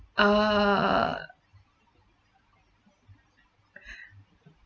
uh